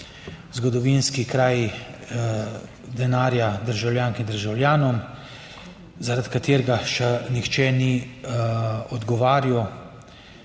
zgodovinski kraj denarja državljank in državljanov, zaradi katerega še nihče ni odgovarjal.